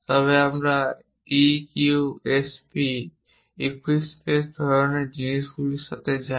তবে আমরা EQSP equi space ধরণের জিনিসগুলির সাথে যাই